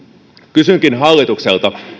kysynkin hallitukselta